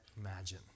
imagine